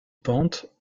pente